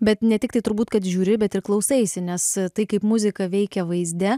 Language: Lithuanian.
bet ne tiktai turbūt kad žiūri bet ir klausaisi nes tai kaip muzika veikia vaizde